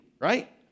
right